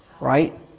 right